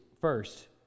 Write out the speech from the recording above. first